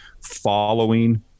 following